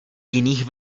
jiných